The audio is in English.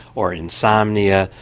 or insomnia.